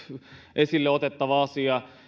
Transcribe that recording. esille otettava asia